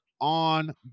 on